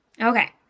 Okay